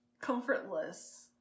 comfortless